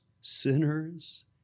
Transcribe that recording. sinners